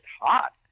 hot